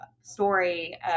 story